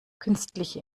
künstliche